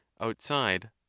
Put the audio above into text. Outside